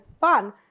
fun